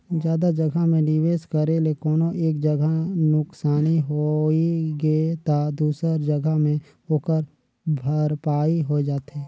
जादा जगहा में निवेस करे ले कोनो एक जगहा नुकसानी होइ गे ता दूसर जगहा में ओकर भरपाई होए जाथे